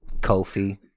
Kofi